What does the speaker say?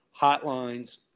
Hotlines